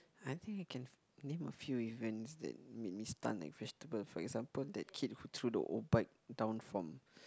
I think I can name a few events that made me stunned like vegetable for example that kid who threw the old bike down from